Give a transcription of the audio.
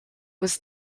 was